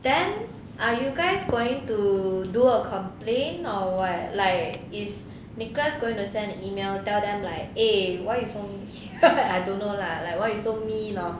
then are you guys going to do a complain or what like is nicholas going to send an email tell them like eh why you so I don't know lah like why you so mean or